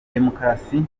demokarasi